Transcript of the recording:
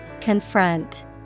Confront